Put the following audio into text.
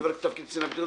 בדבר תפקידי קצין הבטיחות,